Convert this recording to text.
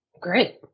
Great